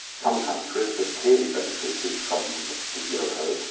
um countries have clearly benefited from the euro,